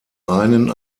einen